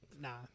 nah